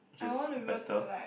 just better